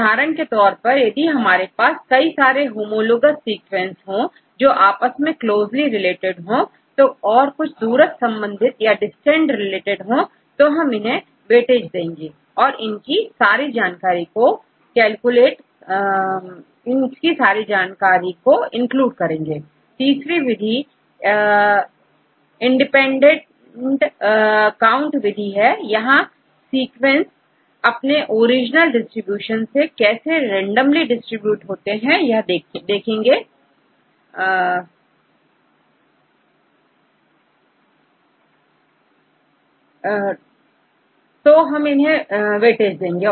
उदाहरण के तौर पर यदि हमारे पास कई सारे होमोलोगस सीक्वेंस हो जो आपस में क्लोज़ली रिलेटेड होऔर कुछ दूरस्थ संबंधित या डिस्टेंट रिलेटेड हो तो हम इन्हें वेटेज देंगे